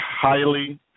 highly